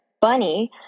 Bunny